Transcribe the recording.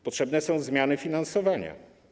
Potrzebne są zmiany finansowania.